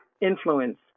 influence